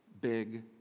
big